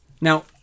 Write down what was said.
Now